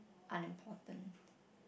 unimportant